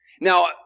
Now